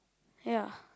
ya